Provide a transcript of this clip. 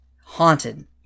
Haunted